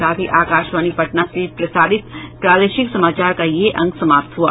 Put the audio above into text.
इसके साथ ही आकाशवाणी पटना से प्रसारित प्रादेशिक समाचार का ये अंक समाप्त हुआ